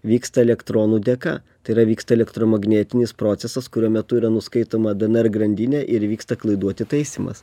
vyksta elektronų dėka tai yra vyksta elektromagnetinis procesas kurio metu yra nuskaitoma dnr grandinė ir įvyksta klaidų atitaisymas